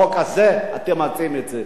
בחוק הזה אתם מציעים את זה.